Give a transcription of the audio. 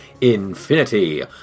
infinity